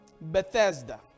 Bethesda